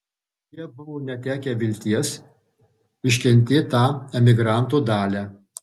jie buvo netekę vilties iškentėt tą emigranto dalią